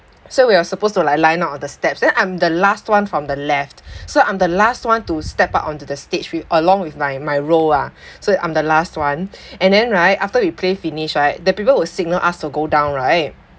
so we are supposed to like line up on the steps then I'm the last one from the left so I'm the last one to step out onto the stage along with my my role ah so I'm the last one and then right after we play finish right the people will signal us to go down right